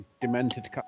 demented